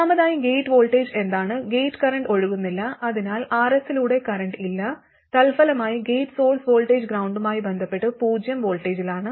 ഒന്നാമതായി gate voltage എന്താണ് gate current ഒഴുകുന്നില്ല അതിനാൽ Rs ലൂടെ കറന്റ് ഇല്ല തൽഫലമായി ഗേറ്റ് സോഴ്സ് വോൾട്ടേജ് ഗ്രൌണ്ടുമായി ബന്ധപ്പെട്ട് പൂജ്യo വോൾട്ടിലാണ്